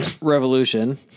Revolution